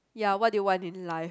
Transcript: ya what do you want in life